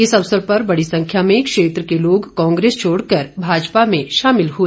इस अवसर पर बड़ी संरव्या में क्षेत्र के लोग कांग्रेस छोडकर भाजपा में शामिल हुए